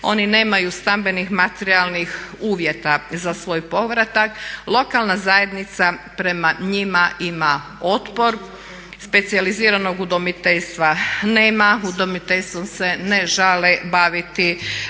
oni nemaju stambenih, materijalnih uvjeta za svoj povratak. Lokalna zajednica prema njima ima otpor, specijaliziranog udomiteljstva nema, udomiteljstvom se ne žele baviti